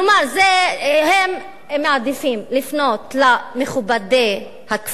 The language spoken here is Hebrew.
הם מעדיפים לפנות למכובדי הכפר,